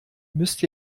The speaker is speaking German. müsst